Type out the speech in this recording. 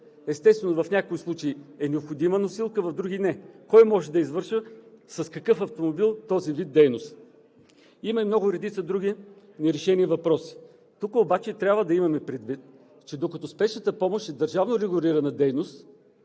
Естествено, в някои случаи е необходима носилка, в други – не. Кой може да извършва и с какъв автомобил този вид дейност? Има и редица други нерешени въпроси. Тук обаче трябва да имаме предвид, че докато спешната помощ е държавно регулирана дейност